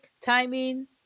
timing